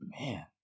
Man